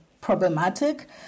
problematic